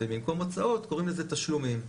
ובמקום הוצאות קוראים לזה תשלומים.